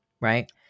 right